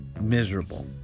miserable